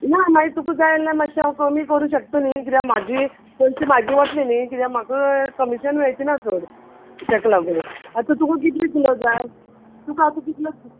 ना माय तुका जाय आल्या माश्शे हांव कमी करूं शकत न्ही किद्या म्हाजी पयश म्हाजे वत्ले न्ही किद्या म्हाका कमिशन मेळचें ना चड तेक लागून आत तुका कितले किलो जाय तुका आतां कितलो